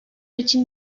için